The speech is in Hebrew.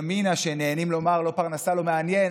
ימינה, שנהנים לומר "לא פרנסה, לא מעניין",